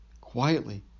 Quietly